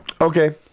Okay